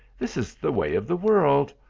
this is the way of the world.